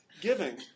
giving